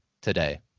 today